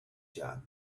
job